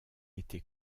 été